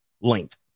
length